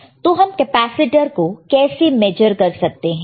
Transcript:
तो हम कैपेसिटर को कैसे मेजर कर सकते हैं